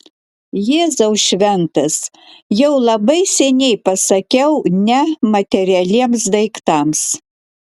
jėzau šventas jau labai seniai pasakiau ne materialiems daiktams